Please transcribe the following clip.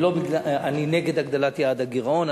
אני נגד הגדלת יעד הגירעון,